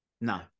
No